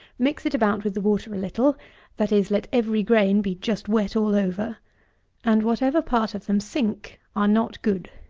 mix it about with the water a little that is, let every grain be just wet all over and whatever part of them sink are not good.